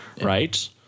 right